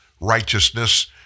righteousness